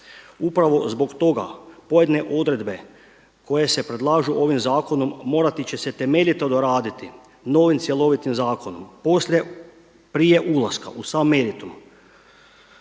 Upravo zbog toga pojedine odredbe koje se predlažu ovim zakonom morati će se temeljito doraditi novim cjelovitim zakonom poslije prije ulaska u sam meritum.